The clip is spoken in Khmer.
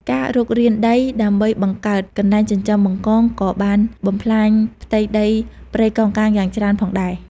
ការរុករានដីដើម្បីបង្កើតកន្លែងចិញ្ចឹមបង្កងក៏បានបំផ្លាញផ្ទៃដីព្រៃកោងកាងយ៉ាងច្រើនផងដែរ។